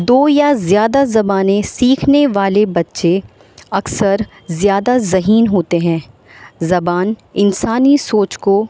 دو یا زیادہ زبانیں سیکھنے والے بچے اکثر زیادہ ذہین ہوتے ہیں زبان انسانی سوچ کو